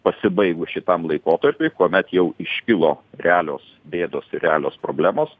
pasibaigus šitam laikotarpiui kuomet jau iškilo realios bėdos realios problemos